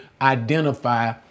identify